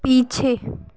पीछे